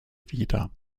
wider